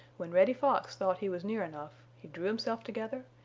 when reddy fox thought he was near enough he drew himself together,